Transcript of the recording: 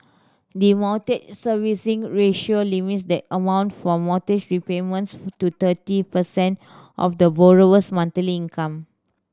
the Mortgage Servicing Ratio limits the amount for mortgage repayments to thirty percent of the borrower's monthly income